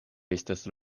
estas